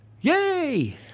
Yay